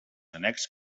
annex